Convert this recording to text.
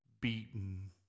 beaten